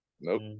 Nope